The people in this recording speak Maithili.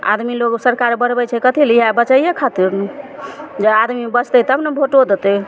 आदमी लोग सरकार बढ़बय छै कथीलिये इएह बचैये खातिर ने जे आदमी बचतय तब ने वोटो देतय